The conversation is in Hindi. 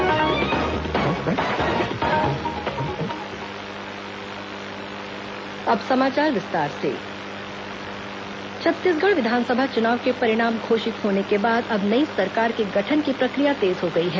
सरकार गठन बैठक छत्तीसगढ़ विधानसभा चुनाव के परिणाम घोषित होने के बाद अब नई सरकार के गठन की प्रक्रिया तेज हो गई है